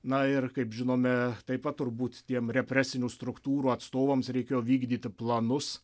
na ir kaip žinome taip pat turbūt tiem represinių struktūrų atstovams reikėjo vykdyti planus